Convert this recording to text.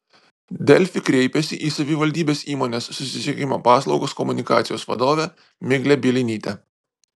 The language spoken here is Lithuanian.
delfi kreipėsi į savivaldybės įmonės susisiekimo paslaugos komunikacijos vadovę miglę bielinytę